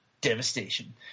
devastation